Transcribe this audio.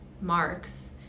marks